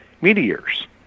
meteors